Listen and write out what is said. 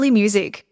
music